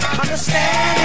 understand